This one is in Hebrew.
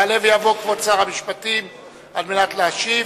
יעלה ויבוא כבוד שר המשפטים על מנת להשיב,